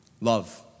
Love